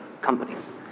companies